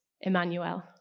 Emmanuel